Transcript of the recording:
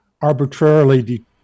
arbitrarily